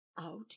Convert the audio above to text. Out